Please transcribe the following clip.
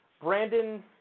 Brandon